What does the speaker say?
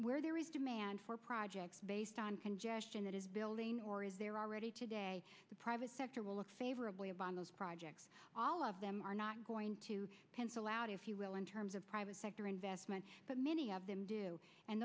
where there is demand for projects based on congestion that is building or is there already today the private sector will look favorably upon those projects all of them are not going to pencil out if you will in terms of private sector investment but many of them do and